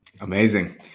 Amazing